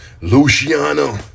Luciano